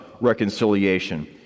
reconciliation